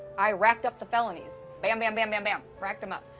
i racked up the felonies bam, bam, bam, bam, bam. racked em up.